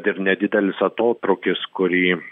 ir nedidelis atotrūkis kurį